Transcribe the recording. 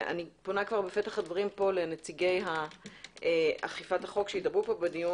אני פונה בפתח הדברים פה לנציגי אכיפת החוק בדיון,